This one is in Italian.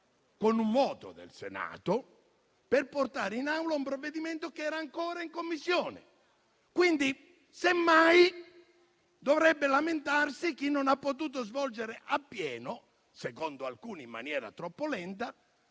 con un voto del Senato per portare in Aula un provvedimento che era ancora all'esame della Commissione. Quindi, semmai, dovrebbe lamentarsi chi non ha potuto svolgere appieno - secondo alcuni in maniera troppo lenta